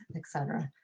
and et cetera.